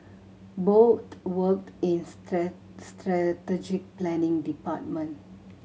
both worked in strategic planning department